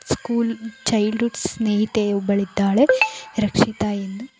school childhood ಸ್ನೇಹಿತೆ ಒಬ್ಬಳಿದ್ದಾಳೆ ರಕ್ಷಿತಾ ಎಂದು